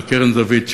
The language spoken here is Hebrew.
בקרן זווית,